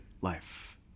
life